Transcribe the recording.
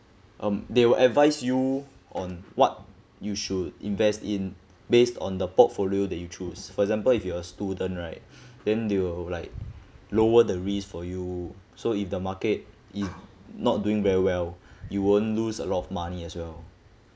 um they will advise you on what you should invest in based on the portfolio that you choose for example if you are a student right then they will like lower the risk for you so if the market is not doing very well you won't lose a lot of money as well